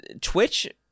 twitch